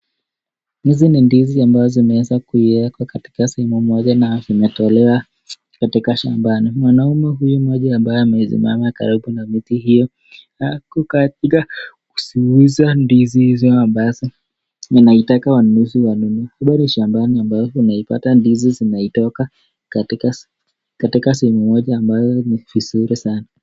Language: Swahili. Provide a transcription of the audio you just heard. Hizi ni ndizi ambazo zimeweza kuekwa katika sehemu moja na vimetolewa katika shambani. Mwanaume huyu moja ambaye amesimama karibu na miti hiyo ako katika kuziuza ndizi hizo ambazo inaitaka wanunuzi wanunue. Bora shambani ambazo ndizi zinaitoka katika sehemu moja ambayo ni vizuri sana.